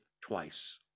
twice